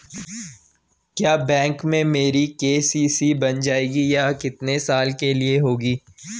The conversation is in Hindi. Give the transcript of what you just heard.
क्या बैंक में मेरी के.सी.सी बन जाएगी ये कितने साल के लिए होगी?